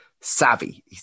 savvy